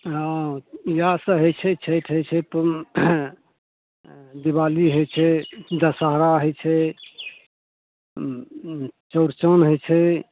हँ इएहसब होइ छै छठि होइ छै दिवाली होइ छै दशहरा होइ छै चौरचन होइ छै